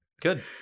good